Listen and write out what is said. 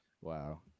wow